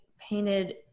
painted